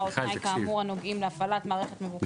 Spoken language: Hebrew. או תנאי כאמור הנוגעים להפעלת מערכת מבוקרת,